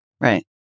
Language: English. Right